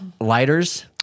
lighters